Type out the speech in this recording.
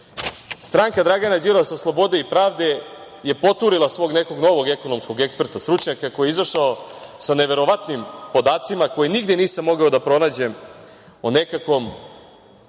Stranka Dragana Đilasa slobode i pravde je poturila svog nekog novog ekonomskog eksperta, stručnjaka koji je izašao sa neverovatnim podacima koje nigde nisam mogao da pronađem, o nekakvom